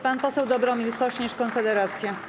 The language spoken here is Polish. Pan poseł Dobromir Sośnierz, Konfederacja.